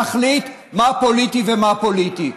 להחליט מה פוליטי ומה לא פוליטי.